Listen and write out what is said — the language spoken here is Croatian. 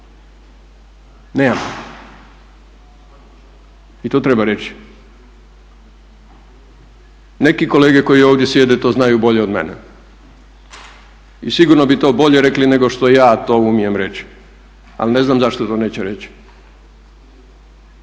Nemamo. I to treba reći. Neki kolege koji ovdje sjede to znaju bolje od mene i sigurno bi to bolje rekli nego što ja to umijem reći, ali ne znam zašto to neće reći